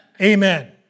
Amen